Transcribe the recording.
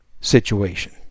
situation